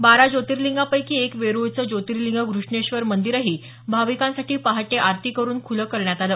बारा ज्योर्तिलिंगापैकी एक वेरुळचं ज्योर्तिलिंग घ्रष्णेश्वर मंदिरही भाविकांसाठी पहाटे आरती करुन खुलं करण्यात आलं